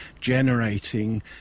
generating